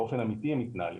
באופן אמיתי הם מתנהלים,